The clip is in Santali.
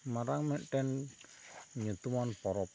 ᱢᱟᱨᱟᱝ ᱢᱤᱫᱴᱮᱱ ᱧᱩᱛᱩᱢᱟᱱ ᱯᱚᱨᱚᱵᱽ